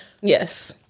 yes